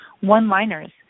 One-liners